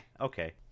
Okay